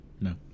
No